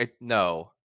no